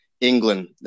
England